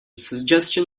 suggestion